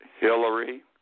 Hillary